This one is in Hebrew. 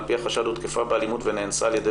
על פי החשד הותקפה באלימות ונאנסה על ידי